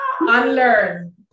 unlearn